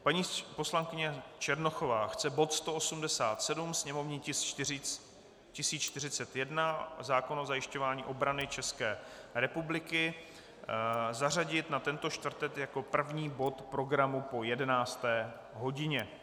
Paní poslankyně Černochová chce bod 187, sněmovní tisk 1041, zákon o zajišťování obrany České republiky, zařadit na tento čtvrtek jako první bod programu po 11. hodině.